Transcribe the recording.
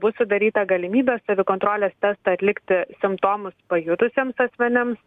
bus sudaryta galimybė savikontrolės testą atlikti simptomus pajutusiems asmenims